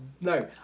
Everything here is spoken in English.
no